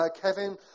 Kevin